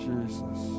Jesus